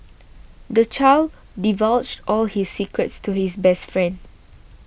the child divulged all his secrets to his best friend